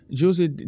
Jose